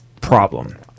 problem